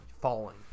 falling